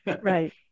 Right